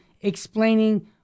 explaining